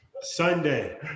Sunday